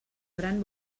gran